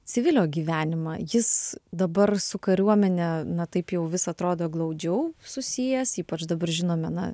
civilio gyvenimą jis dabar su kariuomene na taip jau vis atrodo glaudžiau susijęs ypač dabar žinome na